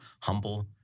humble